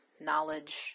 knowledge